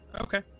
Okay